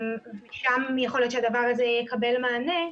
ושם יכול להיות שהדבר הזה יקבל מענה.